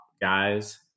guys